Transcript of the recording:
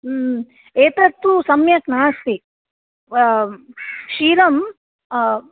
एतत्तु सम्यक् नास्ति क्षीरं